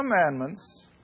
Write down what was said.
commandments